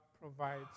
provides